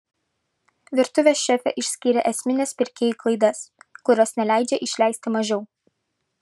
virtuvės šefė išskyrė esmines pirkėjų klaidas kurios neleidžia išleisti mažiau